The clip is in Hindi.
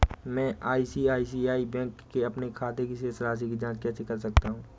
मैं आई.सी.आई.सी.आई बैंक के अपने खाते की शेष राशि की जाँच कैसे कर सकता हूँ?